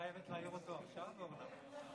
את חייבת להעיר אותו עכשיו, אורנה?